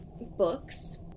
books